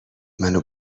منو